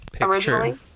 Originally